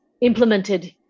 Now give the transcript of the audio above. implemented